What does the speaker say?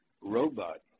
robot